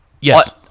Yes